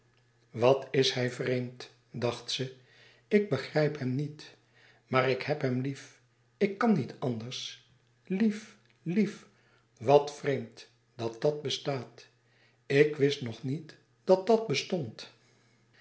wat is hij vreemd dacht ze ik begrijp hem niet maar ik heb hem lief ik kan niet anders lief lief wat vreemd dat dat bestaat ik wist nog niet dat dat bestond